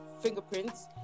fingerprints